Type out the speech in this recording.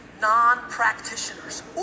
non-practitioners